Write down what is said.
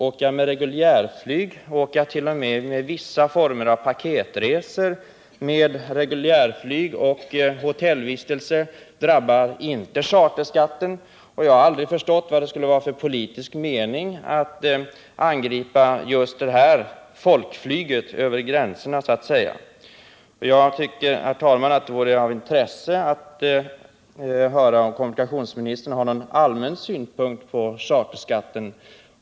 Åker jag med reguljärflyg eller t.o.m. med vissa former av paketresor med reguljärflyg och hotellvistelse, drabbar inte charterskatten mig. Jag har aldrig förstått vad det skulle vara för politisk mening i att angripa just detta, så att säga, folkflyg över gränserna. Det vore, herr talman, av intresse att höra om kommunikationsministern har någon allmän synpunkt på charterskatten.